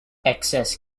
excess